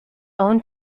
own